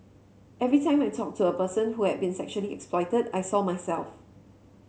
every time I talked to a person who had been sexually exploited I saw myself